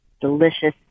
delicious